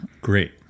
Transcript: Great